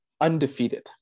undefeated